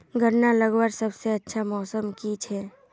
गन्ना लगवार सबसे अच्छा मौसम की छे?